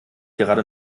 gerade